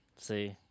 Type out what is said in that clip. See